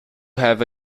have